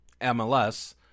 MLS